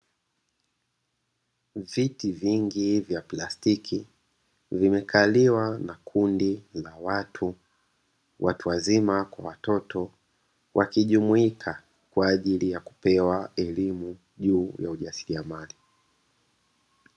Viti vingi vya plastiki vimekaliwa na kundi la watu, watu wazima kwa watoto, wakijumuika kwa ajili ya kupewa elimu juu ya ujasiriamali.